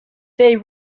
they